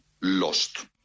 lost